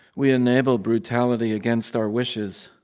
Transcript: we enable brutality against our wishes,